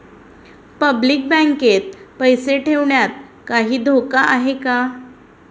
Public बँकेत पैसे ठेवण्यात काही धोका आहे का?